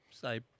say